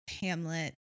Hamlet